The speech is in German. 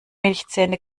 milchzähne